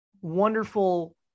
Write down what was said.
wonderful